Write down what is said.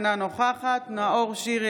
אינה נוכחת נאור שירי,